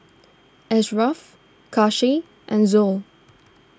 Ashraf Kasih and Zul